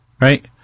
Right